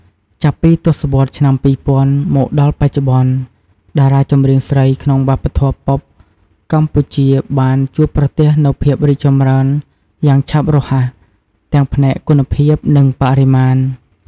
ចាប់ពីទសវត្សរ៍ឆ្នាំ ២០០០ មកដល់បច្ចុប្បន្ន តារាចម្រៀងស្រីក្នុងវប្បធម៌ប៉ុបកម្ពុជាបានជួបប្រទះនូវភាពរីកចម្រើនយ៉ាងឆាប់រហ័ស ទាំងផ្នែកគុណភាព និងបរិមាណ។